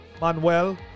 Manuel